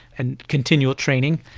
and continual training.